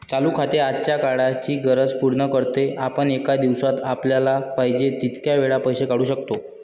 चालू खाते आजच्या काळाची गरज पूर्ण करते, आपण एका दिवसात आपल्याला पाहिजे तितक्या वेळा पैसे काढू शकतो